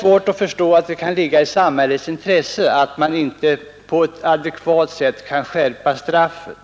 måste det ligga i samhällets intresse att på ett adekvat sätt skärpa straffen.